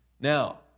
Now